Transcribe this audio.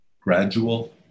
Gradual